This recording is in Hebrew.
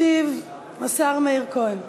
ישיב השר מאיר כהן.